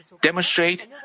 demonstrate